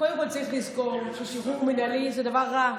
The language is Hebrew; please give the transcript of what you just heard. צריך לזכור ששחרור מינהלי זה דבר רע,